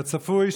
כצפוי,